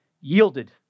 Yielded